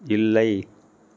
இல்லை